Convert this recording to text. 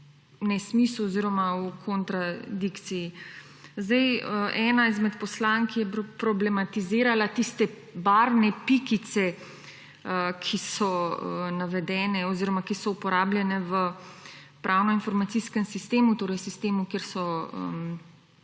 nesmisel oziroma v kontradikciji. Ena izmed poslank je problematizirala tiste barvne pikice, ki so uporabljene v pravno-informacijskem sistemu, torej sistemu, kjer so